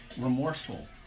remorseful